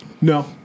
No